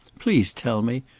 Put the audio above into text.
please tell me!